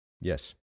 Yes